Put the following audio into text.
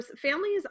families